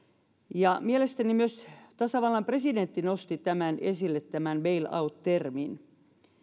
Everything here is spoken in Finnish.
ja mielestäni myös tasavallan presidentti nosti tämän bail out termin esille